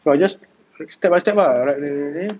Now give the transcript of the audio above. no I just write step by step lah write gini gini gini